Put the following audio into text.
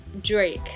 Drake